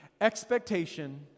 Expectation